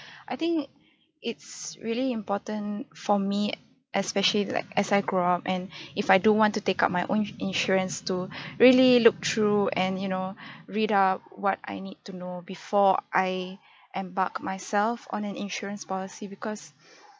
I think it's really important for me especially like as I grow up and if I do want to take up my own insurance to really look through and you know read up what I need to know before I embark myself on an insurance policy because